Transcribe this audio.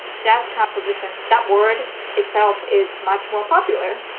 jazz composition, that word itself is much more popular.